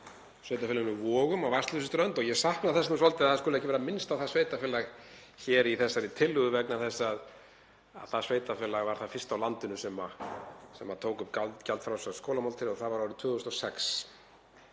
Sveitarfélaginu Vogum á Vatnsleysuströnd, og ég sakna þess svolítið að það skuli ekki vera minnst á það sveitarfélag í þessari tillögu vegna þess að það sveitarfélag var það fyrsta á landinu sem tók upp gjaldfrjálsar skólamáltíðir og það var árið 2006.